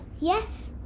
Yes